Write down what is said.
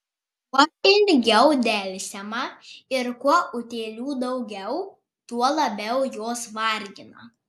kuo ilgiau delsiama ir kuo utėlių daugiau tuo labiau jos vargina